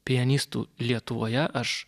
pianistų lietuvoje aš